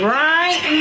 right